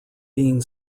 being